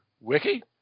wiki